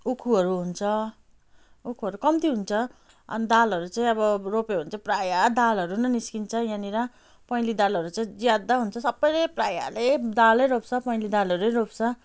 उखुहरू हुन्छ उखुहरू कम्ती हुन्छ अन्त दालहरू चाहिँ अब रोप्यो भने चाहिँ प्राय दालहरू नै निस्किन्छ यहाँनिर पहेँली दालहरू चाहिँ ज्यादा हुन्छ सबै प्रायले दालै रोप्छ पहेँली दालहरू रोप्छ